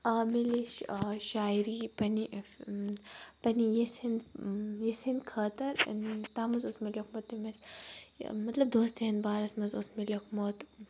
آ مےٚ لیٚچھ شاعری پنٛنہِ پنٛنہِ یَژھِ ہِنٛدِ وٮ۪سہِ ہِنٛدِ خٲطر تَتھ منٛز اوس مےٚ لیٚوکھمُت تٔمِس یہِ مطلب دوستی ہِندۍ بارَس منٛز اوس مےٚ لیٚوکھمُت